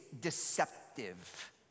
deceptive